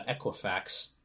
Equifax